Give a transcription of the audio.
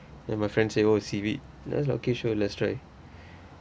then my friend say oh seaweed then okay sure let's try